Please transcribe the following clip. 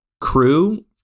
crew